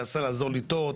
תנסה לעזור איתו,